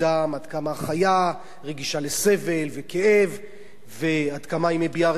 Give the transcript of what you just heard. עד כמה החיה רגישה לסבל וכאב ועד כמה היא מביעה רגשות,